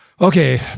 okay